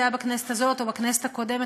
זה היה בכנסת הזאת או בכנסת הקודמת,